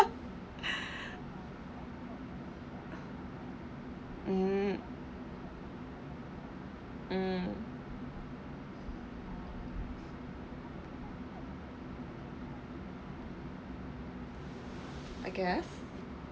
mm mm I guess